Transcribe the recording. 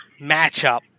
matchup